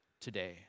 today